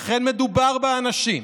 שכן מדובר באנשים,